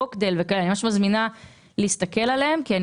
ברוקדייל ואני ממש מזמינה אתכם להסתכל עליהם כי אני